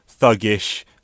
thuggish